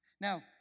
Now